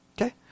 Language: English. Okay